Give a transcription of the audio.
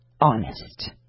honest